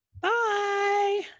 Bye